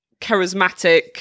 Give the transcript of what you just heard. charismatic